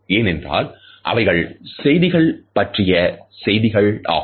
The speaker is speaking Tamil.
ஏனென்றால் அவைகள் செய்திகள் பற்றிய செய்திகளாகும்